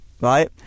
right